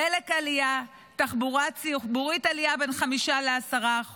דלק, עלייה, תחבורה ציבורית, עלייה בין 5% ל-10%.